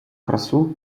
красу